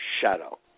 shadow